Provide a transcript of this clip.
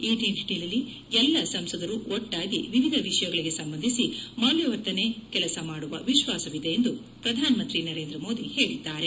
ಈ ನಿಟ್ಟಿನಲ್ಲಿ ಎಲ್ಲ ಸಂಸದರು ಒಟ್ಟಾಗಿ ವಿವಿಧ ವಿಷಯಗಳಿಗೆ ಸಂಬಂಧಿಸಿ ಮೌಲ್ವವರ್ಧನೆ ಕೆಲಸ ಮಾಡುವ ವಿಶ್ವಾಸವಿದೆ ಎಂದು ಪ್ರಧಾನಮಂತ್ರಿ ನರೇಂದ್ರ ಮೋದಿ ಹೇಳಿದ್ದಾರೆ